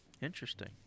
interesting